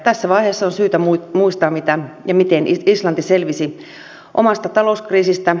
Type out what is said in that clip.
tässä vaiheessa on syytä muistaa miten islanti selvisi omasta talouskriisistään